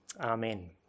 Amen